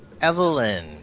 Evelyn